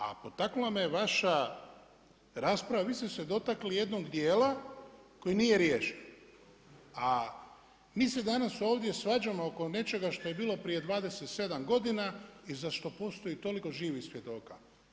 A potaknula me vaša rasprava, vi ste se dotakli jednog dijela koji nije riješen, a mi se danas ovdje svađamo oko nečega što je bilo prije 27 godina i za što postoji toliko živih svjedoka.